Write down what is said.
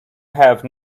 have